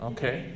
Okay